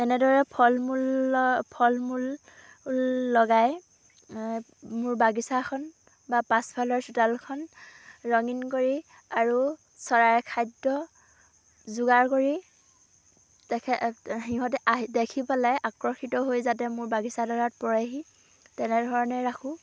এনেদৰে ফল মূলৰ ফল মূল লগাই মোৰ বাগিচাখন বা পাছফালৰ চোতালখন ৰঙীন কৰি আৰু চৰাইৰ খাদ্য যোগাৰ কৰি সিহঁতে দেখি পেলাই আকৰ্ষিত হৈ যাতে মোৰ বাগিচাডৰাত পৰেহি তেনেধৰণে ৰাখোঁ